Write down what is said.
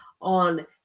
on